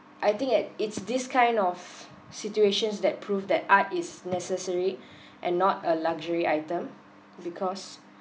I think at it's these kind of situations that prove that art is necessary and not a luxury item because